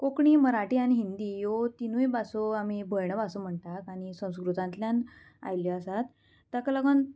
कोंकणी मराठी आनी हिंदी ह्यो तिनूय भासो आमी भयण भासो म्हणटात आनी संस्कृतांतल्यान आयिल्ल्यो आसात ताका लागोन